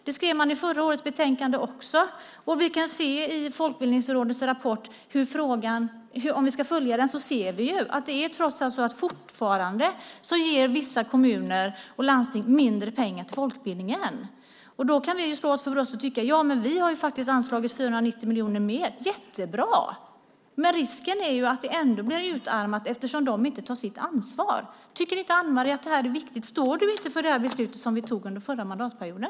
Det skrev man i förra årets betänkande också, och vi kan från Folkbildningsrådets rapport se att fortfarande ger vissa kommuner och landsting mindre pengar till folkbildningen. Visst kan vi slå oss för bröstet och säga att vi anslagit 490 miljoner mer - jättebra - men risken är att det ändå blir utarmat, eftersom de inte tar sitt ansvar. Tycker inte Anne Marie att det är viktigt? Står hon inte för det beslut som vi tog under den förra mandatperioden?